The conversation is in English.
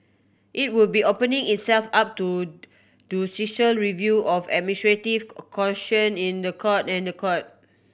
it would be opening itself up to review of administrative caution in the Court